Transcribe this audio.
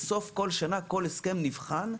בסוף כל שנה כל הסכם נבחן,